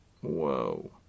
Whoa